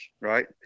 right